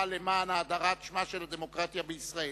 למען האדרת שמה של הדמוקרטיה בישראל.